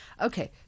Okay